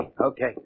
okay